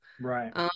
Right